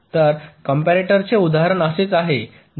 तर कंप्यारेटर चे उदाहरण असेच आहे